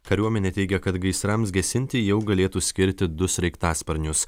kariuomenė teigia kad gaisrams gesinti jau galėtų skirti du sraigtasparnius